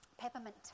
Peppermint